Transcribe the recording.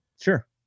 sure